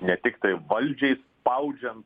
ne tiktai valdžiai spaudžiant